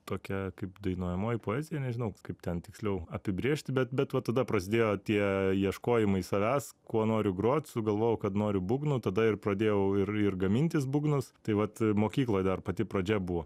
tokia kaip dainuojamoji poezija nežinau kaip ten tiksliau apibrėžti bet bet va tada prasidėjo tie ieškojimai savęs kuo noriu grot sugalvojau kad noriu būgnų tada ir pradėjau ir ir gamintis būgnus tai vat mokykloj dar pati pradžia buvo